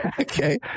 okay